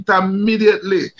immediately